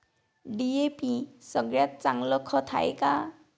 DAP सगळ्यात चांगलं खत हाये का?